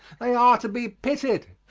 they are to be pitied.